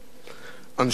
אנשי עבודה,